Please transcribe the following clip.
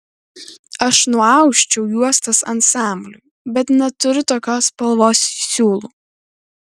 aš nuausčiau juostas ansambliui bet neturiu tokios spalvos siūlų